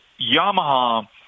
Yamaha